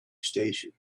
station